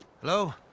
Hello